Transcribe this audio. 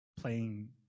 playing